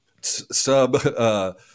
sub